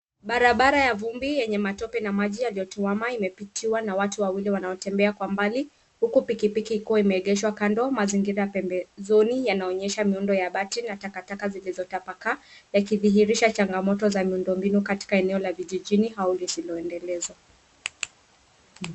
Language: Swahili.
Barabara ya vumbi yenye matope na maji yaliyotowama imeitiwa na watu wawili wanaotembea kwa mbali huku pikipiki ikiwa imeegeshwa kando mazingira pembezoni yanaonyesha miundo ya bati na takataka zilizotapakaa yakidhihirisha changamoto za miundombinu katika eneo la vijijini au lisiloenelezwa.